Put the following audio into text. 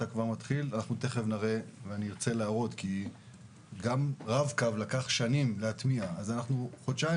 גם רב-קו לקח שנים להטמיע אנחנו רק חודשיים